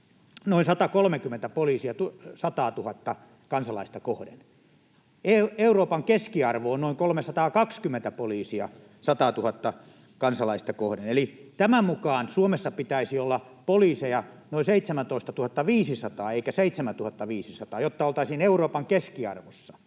noin 130 poliisia 100 000:ta kansalaista kohden. Euroopan keskiarvo on noin 320 poliisia 100 000:ta kansalaista kohden. Eli tämän mukaan Suomessa pitäisi olla poliiseja noin 17 500 eikä 7 500, jotta oltaisiin Euroopan keskiarvossa.